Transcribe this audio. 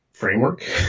Framework